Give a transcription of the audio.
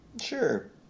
Sure